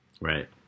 Right